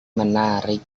menarik